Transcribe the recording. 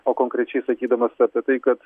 o konkrečiai sakydamas apie tai kad